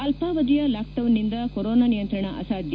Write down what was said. ಅಲ್ಪಾವಧಿಯ ಲಾಕ್ಡೌನ್ನಿಂದ ಕೊರೋನಾ ನಿಯಂತ್ರಣ ಅಸಾಧ್ಯ